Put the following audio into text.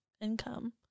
income